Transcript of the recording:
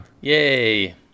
Yay